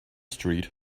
street